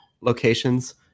locations